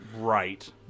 right